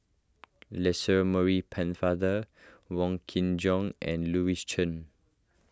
Lancelot Maurice Pennefather Wong Kin Jong and Louis Chen